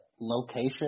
location